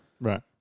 Right